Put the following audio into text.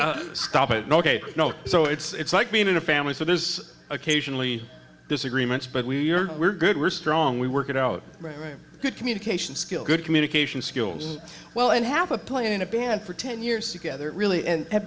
but stop it ok so it's like being in a family so there's occasionally disagreements but we're we're good we're strong we work it out right good communication skills good communication skills well and have a play in a band for ten years together really and